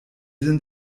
sind